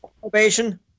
probation